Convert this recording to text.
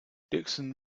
dixon